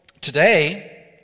today